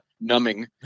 numbing